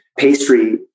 Pastry